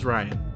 Ryan